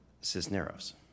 Cisneros